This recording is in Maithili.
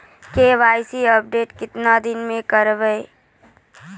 के.वाई.सी अपडेट केतना दिन मे करेबे यो?